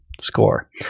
score